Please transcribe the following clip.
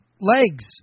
legs